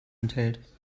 enthält